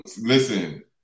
Listen